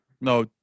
No